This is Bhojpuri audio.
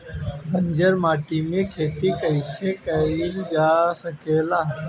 बंजर माटी में खेती कईसे कईल जा सकेला?